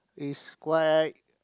is quite